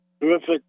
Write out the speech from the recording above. Terrific